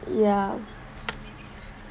ya